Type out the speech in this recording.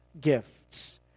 gifts